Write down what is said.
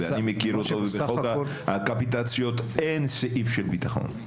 ואני מכיר אותו אין סעיף של ביטחון,